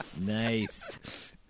Nice